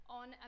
on